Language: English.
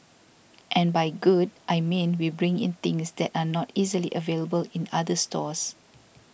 and by good I mean we bring in things that are not easily available in other stores